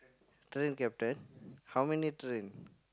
train captain how many train